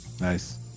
Nice